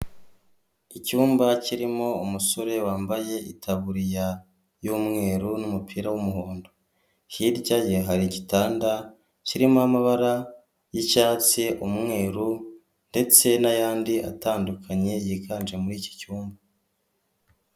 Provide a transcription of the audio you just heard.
Icyumba kirimo umusore wambaye itaburiya y'umweru n'umupira w'umuhondo. Hirya ye hari igitanda kirimo amabara y'icyatsi, umweru ndetse n'ayandi atandukanye yiganje muri iki cyumba.